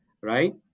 right